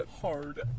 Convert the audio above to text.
hard